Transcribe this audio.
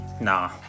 Nah